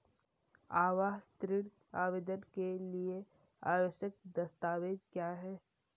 आवास ऋण आवेदन के लिए आवश्यक दस्तावेज़ क्या हैं?